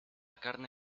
carne